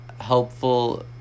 helpful